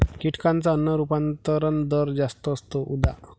कीटकांचा अन्न रूपांतरण दर जास्त असतो, उदा